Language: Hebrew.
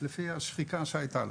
לפי השחיקה שהיתה לו.